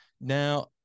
Now